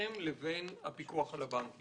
ביניכם לבין הפיקוח על הבנקים.